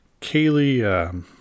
kaylee